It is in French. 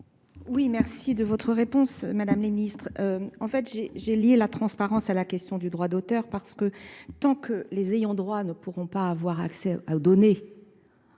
Oui merci de votre réponse Madame les Ministres. En fait j'ai lié la transparence à la question du droit d'auteur parce que tant que les ayants de droit ne pourront pas avoir accès à donner